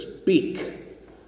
speak